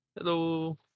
Hello